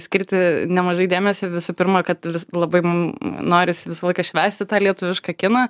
skirti nemažai dėmesio visų pirma kad labai mum norisi visą laiką švęsti tą lietuvišką kiną